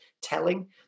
telling